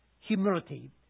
humility